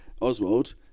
Oswald